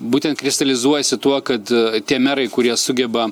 būtent kristalizuojasi tuo kad tie merai kurie sugeba